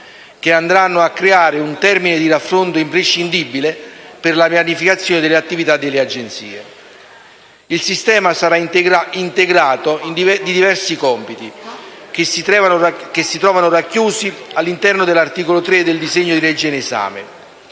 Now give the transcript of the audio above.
che andranno a creare un termine di raffronto imprescindibile per la pianificazione delle attività delle Agenzie. Il Sistema sarà integrato con diversi compiti, che si trovano racchiusi all'interno dell'articolo 3 del disegno di legge in esame,